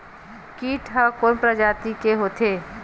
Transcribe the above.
कीट ह कोन प्रजाति के होथे?